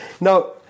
Now